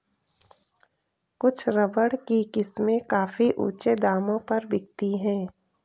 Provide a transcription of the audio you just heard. कुछ रबर की किस्में काफी ऊँचे दामों पर बिकती है